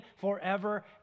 forever